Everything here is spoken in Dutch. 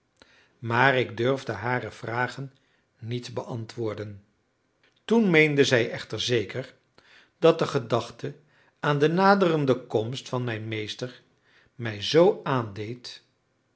maar ik durfde hare vragen niet beantwoorden toen meende zij echter zeker dat de gedachte aan de naderende komst van mijn meester mij zoo aandeed